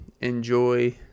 enjoy